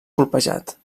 colpejat